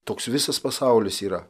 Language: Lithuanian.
toks visas pasaulis yra